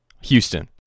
Houston